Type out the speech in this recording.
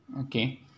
Okay